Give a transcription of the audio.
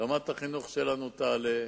רמת החינוך שלנו תעלה.